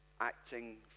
Acting